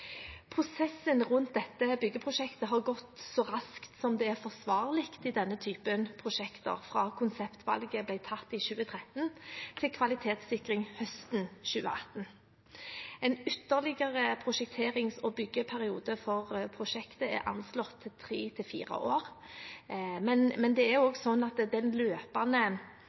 Prosessen rundt dette byggeprosjektet har gått så raskt som det er forsvarlig i denne type prosjekter, fra konseptvalget ble tatt i 2013 til kvalitetssikring høsten 2018. En ytterligere prosjekterings- og byggeperiode for prosjektet er anslått til 3–4 år. Det løpende ansvaret for sikring av samlingen er det Universitetet i Oslo som har, og jeg forutsetter at